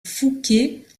fouquet